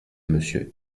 monsieur